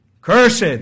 Cursed